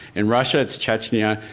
in russia it's chechnya,